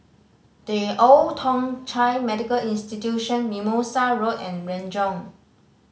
The Old Thong Chai Medical Institution Mimosa Road and Renjong